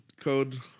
code